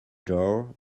door